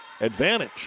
advantage